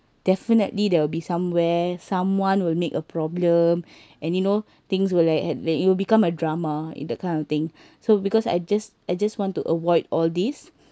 definitely there will be somewhere someone will make a problem and you know things will like had and it will become a drama in that kind of thing so because I just I just want to avoid all these